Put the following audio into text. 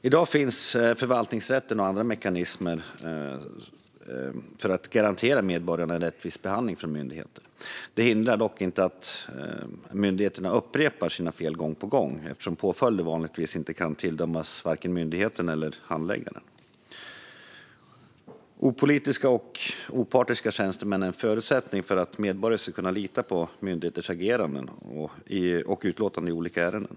I dag finns förvaltningsrätten och andra mekanismer för att garantera medborgarna en rättvis behandling från myndigheter. Detta hindrar dock inte att myndigheterna upprepar sina fel gång på gång, eftersom påföljder vanligtvis inte kan utdömas mot vare sig myndigheten eller handläggaren. Opolitiska och opartiska tjänstemän är en förutsättning för att medborgare ska kunna lita på myndigheters agerande och utlåtanden i olika ärenden.